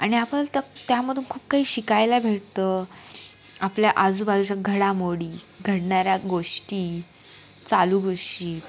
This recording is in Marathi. आणि आपण त त्यामधून खूप काही शिकायला भेटतं आपल्या आजूबाजूच्या घडामोडी घडणाऱ्या गोष्टी चालू गोष्टी